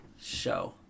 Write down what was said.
show